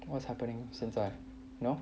what's happening since